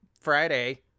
Friday